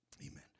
Amen